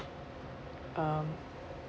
um